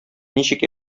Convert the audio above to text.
ничек